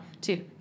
two